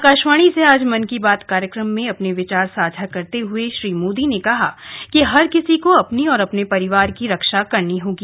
आकाशवाणी से आज मन की बात कार्यक्रम में अपने विचार साझा करते हुए श्री मोदी ने कहा कि हर किसी को अपनी और अपने परिवार की रक्षा करनी होगी